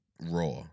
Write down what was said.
Raw